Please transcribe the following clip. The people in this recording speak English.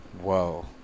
whoa